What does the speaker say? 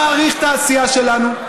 ואם הציבור מעריך את העשייה שלנו,